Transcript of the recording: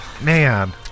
Man